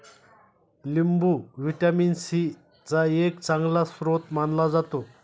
लिंबू vitamin C चा एक चांगला स्रोत मानला जातो